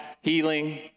healing